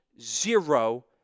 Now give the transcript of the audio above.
zero